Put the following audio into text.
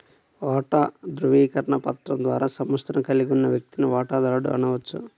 వాటా ధృవీకరణ పత్రం ద్వారా సంస్థను కలిగి ఉన్న వ్యక్తిని వాటాదారుడు అనవచ్చు